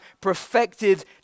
perfected